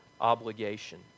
obligation